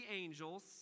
angels